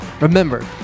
Remember